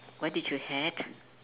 what did you had